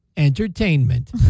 entertainment